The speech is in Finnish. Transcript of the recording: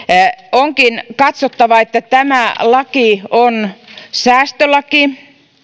onkin katsottava että tämä laki on säästölaki